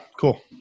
cool